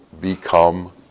become